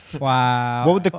Wow